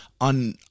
on